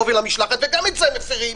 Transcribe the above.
וגם את זה מפרים,